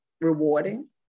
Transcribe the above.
rewarding